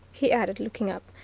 he added, looking up,